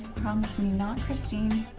promise me not christine.